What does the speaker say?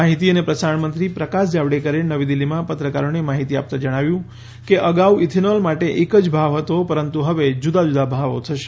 માહિતી અને પ્રસારણ મંત્રી પ્રકાશ જાવડેકરે નવી દિલ્હીમાં પત્રકારોને માહિતી આપતાં જણાવ્યું કે અગાઉ ઇથેનોલ માટે એક જ ભાવ હતો પરંતુ હવે જુદા જુદા ભાવો થશે